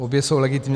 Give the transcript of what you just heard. Obě jsou legitimní.